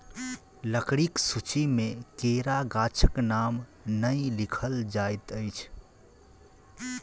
लकड़ीक सूची मे केरा गाछक नाम नै लिखल जाइत अछि